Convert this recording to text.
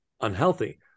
unhealthy